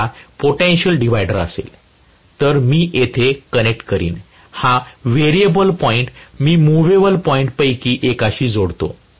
जर हा माझा पोटेन्शियल डिव्हायडर असेल तर मी येथे कनेक्ट करीन हा व्हेरिएबल पॉईंट मी मुव्हीबल पॉईंट पैकी एकाशी जोडतो